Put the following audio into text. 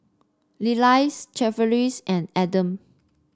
Lillia Tavares and Adam